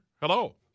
Hello